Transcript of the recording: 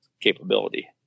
capability